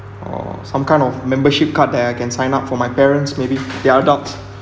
or some kind of membership card that I can sign up for my parents maybe they're adults